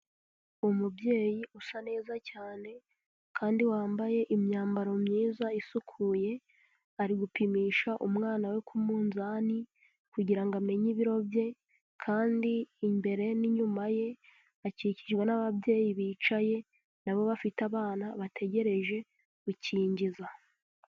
Umubyeyi usa neza cyane kandi wambaye imyambaro myiza isukuye, ari gupimisha umwana we ku munzani kugirango amenye ibiro bye kandi imbere n'inyuma ye akikijwe n'ababyeyi bicaye na bo bafite abana bategereje gukingiza.